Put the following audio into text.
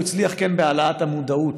הוא הצליח כן בהעלאת המודעות,